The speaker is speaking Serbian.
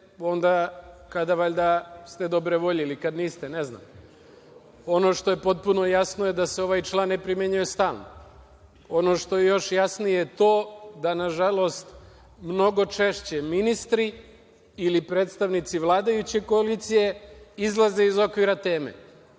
onda kada ste dobre volje ili kada niste. Ne znam. Ono što je potpuno jasno jeste da se ovaj član ne primenjuje stalno. Ono što je još jasnije je to da, nažalost, mnogo češće ministri ili predstavnici vladajuće koalicije izlaze iz okvira teme